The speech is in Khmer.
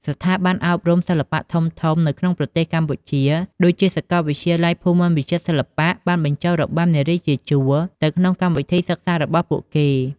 ស្ថាប័នអប់រំសិល្បៈធំៗនៅក្នុងប្រទេសកម្ពុជា ដូចជាសាកលវិទ្យាល័យភូមិន្ទវិចិត្រសិល្បៈ បានបញ្ចូលរបាំនារីជាជួរទៅក្នុងកម្មវិធីសិក្សារបស់ពួកគេ។